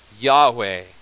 Yahweh